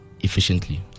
efficiently